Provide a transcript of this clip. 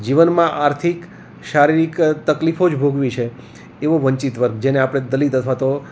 જીવનમાં આર્થિક શારીરિક તકલીફો જ ભોગવી છે એવો વંચિત વર્ગ જેને આપણે દલિત અથવા તો